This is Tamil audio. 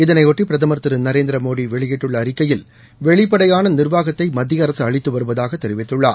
இதளையொட்டி பிரதமர் திரு நரேந்திர மோடி வெளியிட்டுள்ள அறிக்கையில் வெளிப்படையாள நிர்வாகத்தை மத்திய அரசு அளித்து வருவதாக தெரிவித்துள்ளார்